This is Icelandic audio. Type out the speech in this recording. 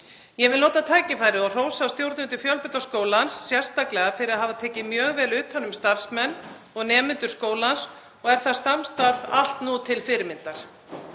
Ég vil nota tækifærið og hrósa stjórnendum Fjölbrautaskólans sérstaklega fyrir að hafa tekið mjög vel utan um starfsmenn og nemendur skólans og er það samstarf allt til fyrirmyndar.